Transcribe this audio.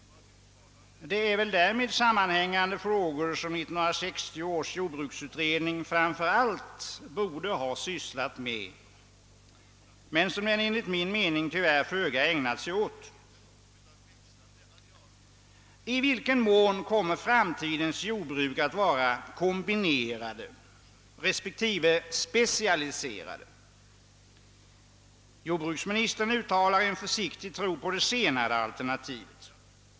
Det är väl därmed sammanhängande frågor som 1960 års jordbruksutredning framför allt borde ha sysslat med men som den tyvärr, enligt min mening, föga har ägnat sig åt. I vilken mån kommer framtidens jordbruk att vara kombinerade respek tive specialiserade? Jordbruksministern uttalar en försiktig tro på det senare alternativet.